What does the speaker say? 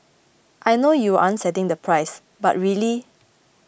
I know you aren't setting the price but really